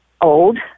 old